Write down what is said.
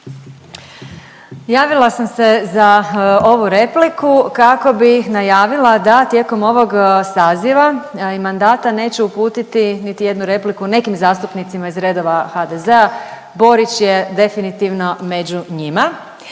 Javila sam se za ovu repliku kako bi najavila da tijekom ovog saziva, a i mandata neću uputiti niti jednu repliku nekim zastupnicima iz redova HDZ-a. Borić je definitivno među njima,